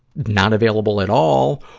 not available at all,